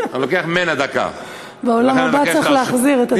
בעולם הבא צריך להחזיר.